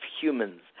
humans